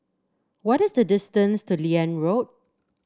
what is the distance to Liane Road